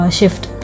shift